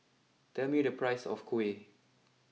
tell me the price of Kuih